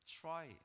try